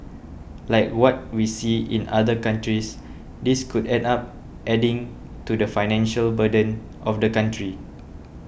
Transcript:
like what we see in other countries this could end up adding to the financial burden of the country